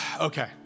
Okay